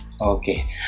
Okay